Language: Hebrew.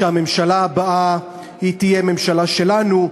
שהממשלה הבאה תהיה ממשלה שלנו,